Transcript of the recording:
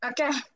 Okay